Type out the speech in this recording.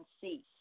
see